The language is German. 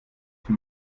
von